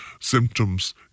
symptoms